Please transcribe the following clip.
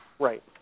Right